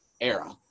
era